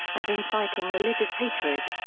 and inciting religious hatred.